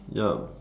yup